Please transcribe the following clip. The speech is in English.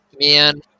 Man